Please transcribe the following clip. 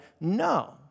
no